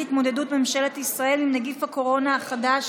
התמודדות ממשלת ישראל עם נגיף הקורונה החדש,